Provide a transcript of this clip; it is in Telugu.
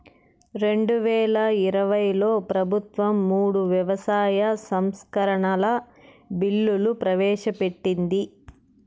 రెండువేల ఇరవైలో ప్రభుత్వం మూడు వ్యవసాయ సంస్కరణల బిల్లులు ప్రవేశపెట్టింది